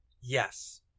Yes